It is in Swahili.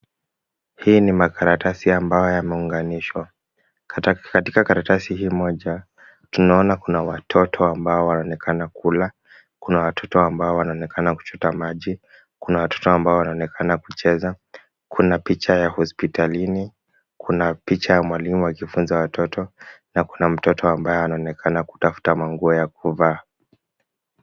Hii ni makaratasi ambayo yameunganishwa. Katika karatasi hii moja, tunaona kuna watoto ambao wanaonekana kula, kuna watoto ambao wanaonekana kuchota maji, kuna watoto ambao wanaonekana kucheza, kuna picha ya hospitalini, kuna picha ya mwalimu akifunza watoto na kuna mtoto ambaye anaonekana kutafuta manguo ya kuvaa.